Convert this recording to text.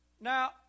Now